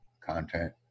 content